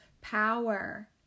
Power